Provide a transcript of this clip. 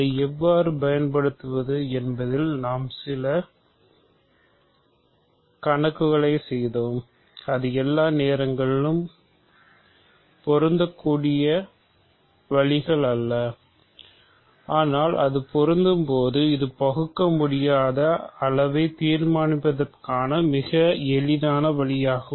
அதை எவ்வாறு பயன்படுத்துவது என்பதில் நாம் சில கணக்குகளையும் செய்தோம் அது எல்லா நேரங்களிலும் பொருந்தக்கூடிய வழிகள் அல்ல ஆனால் அது பொருந்தும் போது இது பகுக்கமுடியாத அளவை தீர்மானிப்பதற்கான மிக எளிதான வழியாகும்